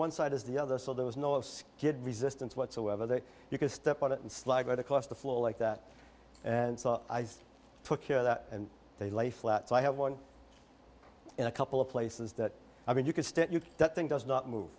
one side as the other so there was no good resistance whatsoever that you could step out and slide right across the floor like that and i took care of that and they lay flat so i have one in a couple of places that i mean you could stick that thing does not move